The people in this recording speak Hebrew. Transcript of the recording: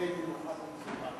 הריני מוכן ומזומן.